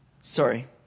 Sorry